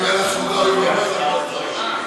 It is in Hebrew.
השר עוד לא השיב.